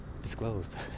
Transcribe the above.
disclosed